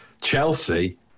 Chelsea